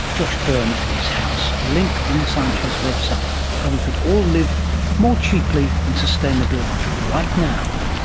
josh byrne and his house, a link on the science show's website, how we could all live more cheaply and sustainably right now.